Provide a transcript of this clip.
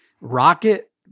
rocket